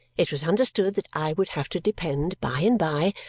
it was understood that i would have to depend, by and by,